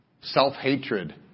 self-hatred